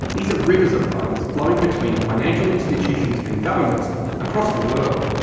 these are rivers of funds flowing between financial institutions and governments across the world.